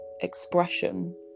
expression